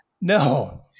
No